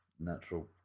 natural